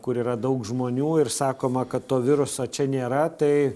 kur yra daug žmonių ir sakoma kad to viruso čia nėra tai